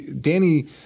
Danny